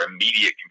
immediate